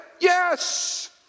Yes